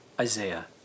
Isaiah